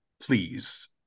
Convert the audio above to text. please